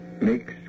makes